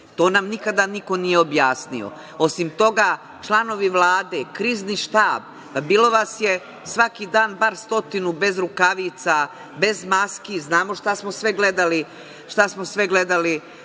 To nam nikada niko nije objasnio. Osim toga, članovi Vlade, Krizni štab, bilo vas je svaki dan bar stotinu bez rukavica, bez maski, znamo šta smo sve gledali, pratili smo to,